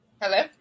Hello